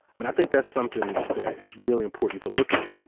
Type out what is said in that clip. and i think that's something that is really important to look at.